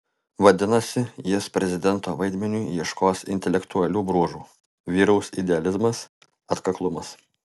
vadinasi jis prezidento vaidmeniui ieškos intelektualių bruožų vyraus idealizmas atkaklumas